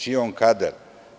Čiji je on kadar?